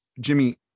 Jimmy